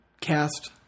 cast